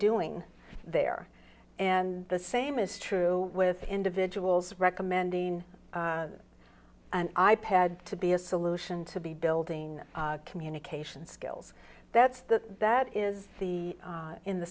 doing there and the same is true with individuals recommending an i pad to be a solution to be building communication skills that's the that is the in the